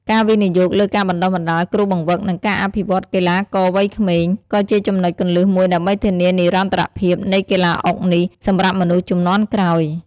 ការវិនិយោគលើការបណ្តុះបណ្តាលគ្រូបង្វឹក និងការអភិវឌ្ឍន៍កីឡាករវ័យក្មេង ក៏ជាចំណុចគន្លឹះមួយដើម្បីធានានិរន្តរភាពនៃកីឡាអុកនេះសម្រាប់មនុស្សជំនាន់ក្រោយ។